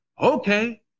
Okay